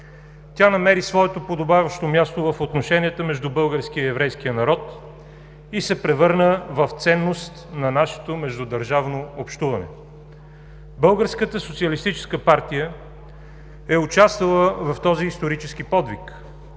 Тя намери своето подобаващо място в отношенията между българския и еврейския народ и се превърна в ценност на нашето междудържавно общуване. Българската социалистическа партия е участвала в този исторически подвиг